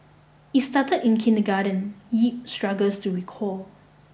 it started in kindergarten yip struggles to recall